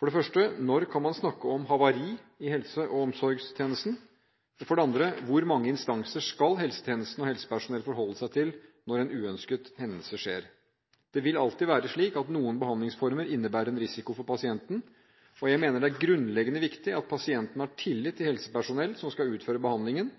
For det første: Når kan man snakke om havari i helse- og omsorgstjenesten? For det andre: Hvor mange instanser skal helsetjenesten og helsepersonell forholde seg til når en uønsket hendelse skjer? Det vil alltid være slik at noen behandlingsformer innebærer en risiko for pasienten. Jeg mener det er grunnleggende viktig at pasienten har tillit til helsepersonellet som skal utføre behandlingen.